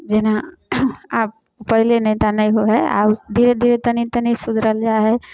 जेना आब पहिले नैता नहि होइ है आब धीरे तनी तनी सुधरल जाइ है